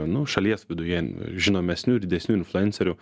nu šalies viduje žinomesnių ir didesnių influencerių